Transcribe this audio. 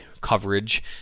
coverage